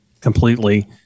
completely